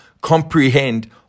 comprehend